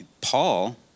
Paul